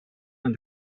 von